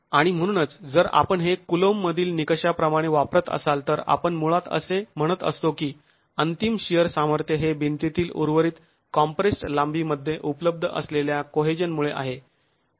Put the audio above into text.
आणि म्हणूनच जर आपण हे कुलोंब मधील निकषाप्रमाणे वापरत असाल तर आपण मुळात असे म्हणत असतो की अंतिम शिअर सामर्थ्य हे भिंतीतील उर्वरित कॉम्प्रेस्ड् लांबीमध्ये उपलब्ध असलेल्या कोहेजनमुळे आहे